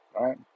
right